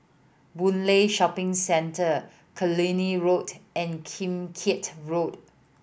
Boon Lay Shopping Centre Killiney Road and Kim Keat Road